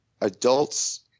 Adults